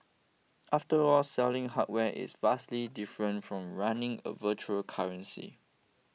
after all selling hardware is vastly different from running a virtual currency